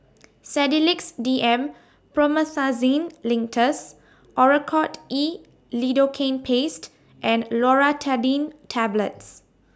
Sedilix D M Promethazine Linctus Oracort E Lidocaine Paste and Loratadine Tablets